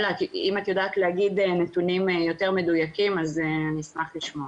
אלה אם את יודעת להגיד נתונים יותר מדויקים אז אני אשמח לשמוע.